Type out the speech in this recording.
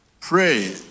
Pray